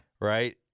Right